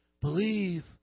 Believe